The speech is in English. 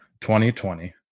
2020